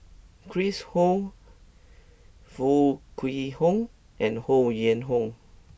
Chris Ho Foo Kwee Horng and Ho Yuen Hoe